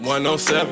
107